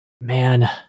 man